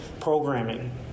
programming